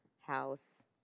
house